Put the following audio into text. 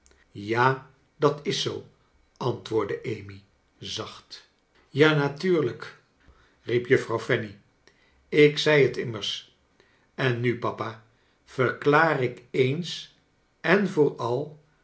ja dat is zoo antwoordde amy zacht ja natuurlijk is het zoo riep juffrouw fanny ik zei het immers en nu papa verklaar ik eens en voor al